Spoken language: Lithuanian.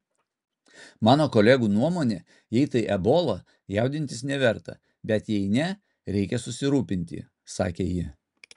mano kolegų nuomone jei tai ebola jaudintis neverta bet jei ne reikia susirūpinti sakė ji